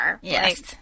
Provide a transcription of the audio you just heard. Yes